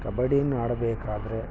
ಕಬಡ್ಡಿಯನ್ನು ಆಡಬೇಕಾದರೆ